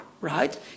right